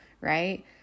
right